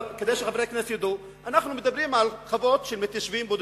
כדי שחברי הכנסת ידעו: אנחנו מדברים על חוות של מתיישבים בודדים,